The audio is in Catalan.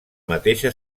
mateixa